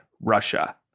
Russia